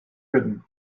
wurden